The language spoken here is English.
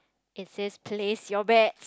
it says place your bet